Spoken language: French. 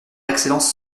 excellence